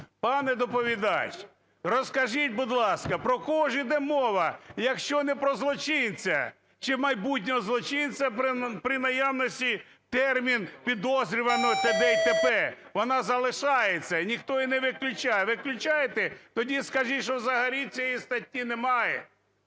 Пане доповідач, розкажіть, будь ласка, про кого ж іде мова, якщо не про злочинця чи майбутнього злочинця при наявності терміну "підозрюваного" і т.д. і т.п. Вона залишається і ніхто її не виключає. Ви включаєте – тоді скажіть, що взагалі цієї статті немає.